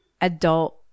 adult